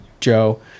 Joe